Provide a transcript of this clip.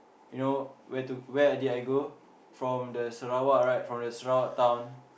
you know where to where did I go from the Sarawak right from the Sarawak town